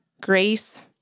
grace